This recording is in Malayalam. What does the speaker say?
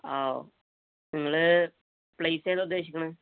ആ നിങ്ങള് പ്ലേസ് ഏതാണ് ഉദ്ദേശിക്കുന്നത്